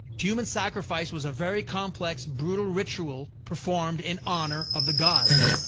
human sacrifice was a very complex, brutal ritual performed in honor of the gods.